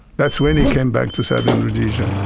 that's when he came back to southern rhodesia.